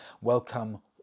Welcome